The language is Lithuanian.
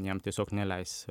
jam tiesiog neleis